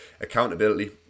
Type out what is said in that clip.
accountability